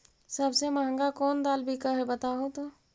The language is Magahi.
सबसे महंगा कोन दाल बिक है बताहु तो?